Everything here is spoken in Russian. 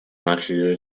начали